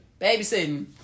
babysitting